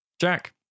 Jack